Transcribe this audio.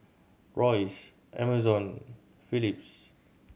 Royce Amazon Philips